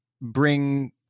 bring